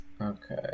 Okay